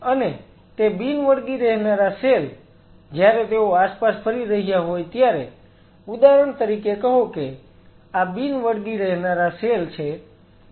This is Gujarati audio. અને તે બિન વળગી રહેનારા સેલ જ્યારે તેઓ આસપાસ ફરી રહ્યા હોય ત્યારે ઉદાહરણ તરીકે કહો કે આ બિન વળગી રહેનારા સેલ છે